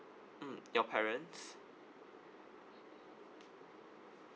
mm your parents